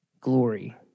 glory